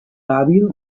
hàbil